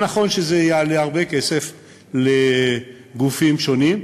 נכון שזה יעלה הרבה כסף לגופים שונים,